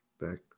back